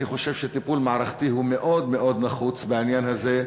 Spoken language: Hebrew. אני חושב שטיפול מערכתי הוא מאוד מאוד נחוץ בעניין הזה,